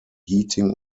heating